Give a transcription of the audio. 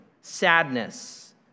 sadness